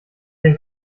den